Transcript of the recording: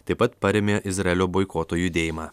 taip pat parėmė izraelio boikoto judėjimą